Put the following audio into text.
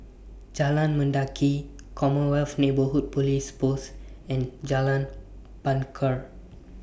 Jalan Mendaki Commonwealth Neighbourhood Police Post and Jalan Bungar